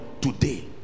today